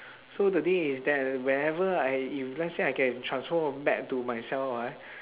so the thing is that wherever I if let's say I can transform back to myself ah